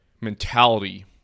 mentality